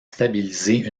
stabiliser